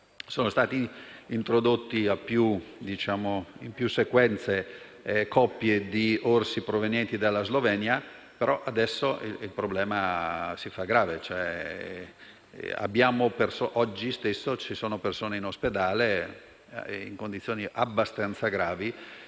sono state introdotte, in più sequenze, coppie di orsi provenienti dalla Slovenia. Adesso il problema diventa grave: oggi stesso ci sono persone in ospedale in condizioni abbastanza gravi.